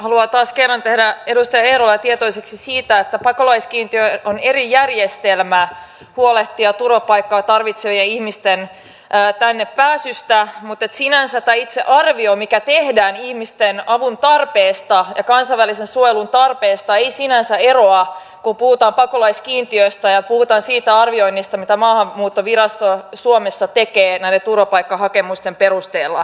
haluan taas kerran tehdä edustaja eerolan tietoiseksi siitä että pakolaiskiintiö on eri järjestelmä huolehtia turvapaikkaa tarvitsevien ihmisten tänne pääsystä mutta itse arvio mikä tehdään ihmisten avuntarpeesta ja kansainvälisen suojelun tarpeesta ei sinänsä eroa kun puhutaan pakolaiskiintiöistä ja puhutaan siitä arvioinnista mitä maahanmuuttovirasto suomessa tekee näiden turvapaikkahakemusten perusteella